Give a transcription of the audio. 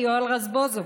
יואל רזבוזוב,